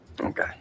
Okay